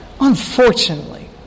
Unfortunately